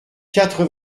quatre